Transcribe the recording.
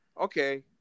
okay